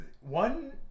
one